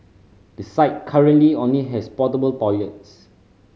the site currently only has portable toilets